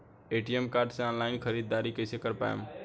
ATM card से online ख़रीदारी कइसे कर पाएम?